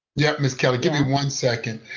yes, ms. kelly, give me one second.